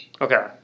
okay